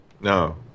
No